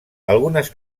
algunes